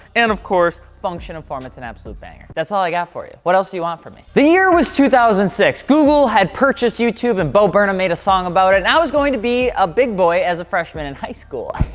and of course, function and form, it's an absolute banger. that's all i got for you. what else do you want from me? the year was two thousand and six. google had purchased youtube, and bo burnham made a song about it. and i was going to be a big boy as a freshman in high school.